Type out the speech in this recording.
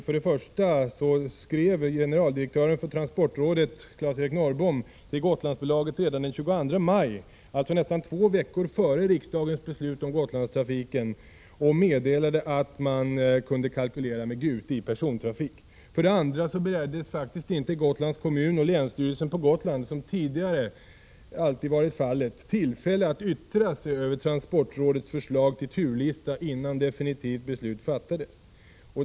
För det första skrev generaldirektören för transportrådet Claes-Eric Norrbom till Gotlandsbolaget redan den 22 maj, alltså nästan två veckor före riksdagens beslut om Gotlandstrafiken, och meddelade att man kunde kalkylera med Gute i persontrafiken. För det andra bereddes faktiskt inte Gotlands kommun och länsstyrelsen på Gotland, som tidigare alltid varit fallet, tillfälle att yttra sig över transportrådets förslag till turlista, innan definitivt beslut fattades.